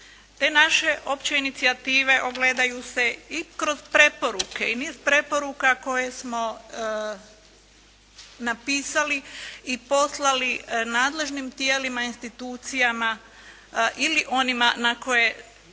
Te naše opće inicijative ogledaju se i kroz preporuke i niz preporuka koje smo napisali i poslali nadležnim tijelima, institucijama ili onima na koje